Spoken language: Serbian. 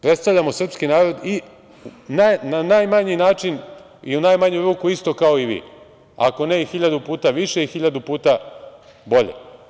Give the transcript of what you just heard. Predstavljamo srpski narod i na najmanji način i u najmanju ruku isto kao i vi, ako ne i hiljadu puta više i hiljadu puta bolje.